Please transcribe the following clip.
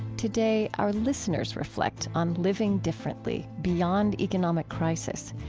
today, our listeners reflect on living differently, beyond economic crisis,